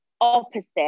opposite